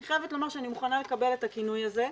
אני חייבת לומר שאני מוכנה לקבל את הכינוי הזה,